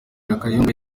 kayumba